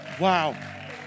Wow